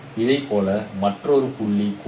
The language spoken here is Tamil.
இதேபோல் மற்றொரு புள்ளியும் கூட